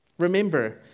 Remember